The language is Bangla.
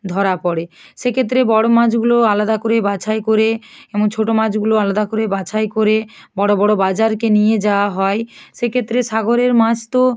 ধরা পড়ে সেক্ষেত্রে বড় মাছগুলো আলাদা করে বাছাই করে এবং ছোট মাছগুলো আলাদা করে বাছাই করে বড় বড় বাজারকে নিয়ে যাওয়া হয় সেক্ষেত্রে সাগরের মাছ তো